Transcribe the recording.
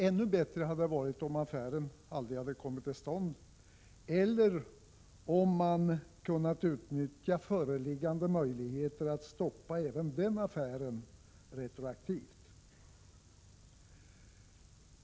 Ännu bättre hade det varit om affären aldrig hade kommit till stånd eller om man kunnat utnyttja föreliggande möjligheter att stoppa även den affären retroaktivt.